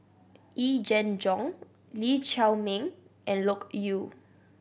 Yee Jenn Jong Lee Chiaw Meng and Loke Yew